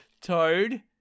Toad